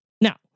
Now